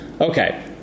Okay